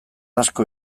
asko